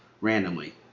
randomly